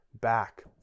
back